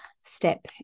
step